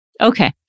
Okay